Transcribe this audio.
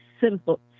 simple